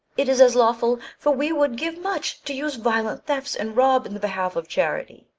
it is as lawful, for we would give much, to use violent thefts and rob in the behalf of charity.